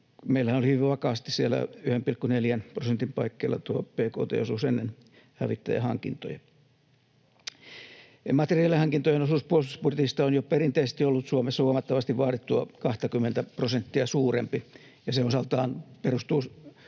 Meillähän oli hyvin vakaasti siellä 1,4 prosentin paikkeilla tuo bkt-osuus ennen hävittäjähankintoja. Materiaalihankintojen osuus puolustusbudjetista on jo perinteisesti ollut Suomessa huomattavasti vaadittua 20:tä prosenttia suurempi, ja se osaltaan perustuu